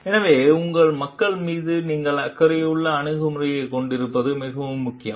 எனவே உங்கள் மக்கள் மீது நீங்கள் அக்கறையுள்ள அணுகுமுறையைக் கொண்டிருப்பது மிகவும் முக்கியம்